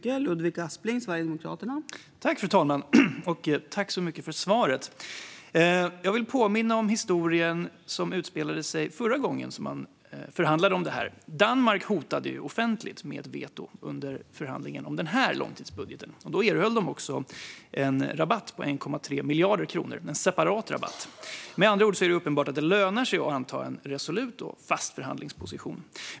Fru talman! Tack så mycket för svaret! Jag vill påminna om vad som utspelade sig förra gången man förhandlade om detta. Danmark hotade offentligt med veto under förhandlingen om den här långtidsbudgeten. Då erhöll de också en separat rabatt på 1,3 miljarder kronor. Det är med andra ord uppenbart att det lönar sig att inta en resolut och fast förhandlingsposition.